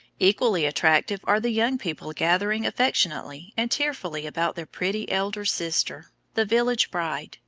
equally attractive are the young people gathering affectionately and tearfully about their pretty elder sister, the village bride,